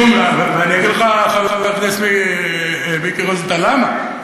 ואני אגיד לך, חבר הכנסת מיקי רוזנטל, למה.